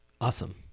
awesome